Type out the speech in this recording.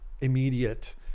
immediate